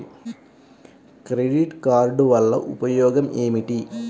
Credit card వల్ల ఉపయోగం ఏమిటీ?